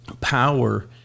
power